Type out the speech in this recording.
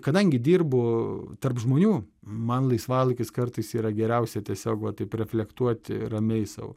kadangi dirbu tarp žmonių man laisvalaikis kartais yra geriausia tiesiog va taip reflektuoti ramiai sau